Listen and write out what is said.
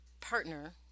partner